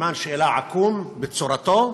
סימן שאלה עקום בצורתו,